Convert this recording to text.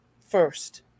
first